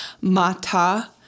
Mata